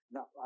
Now